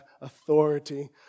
authority